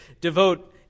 devote